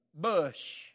bush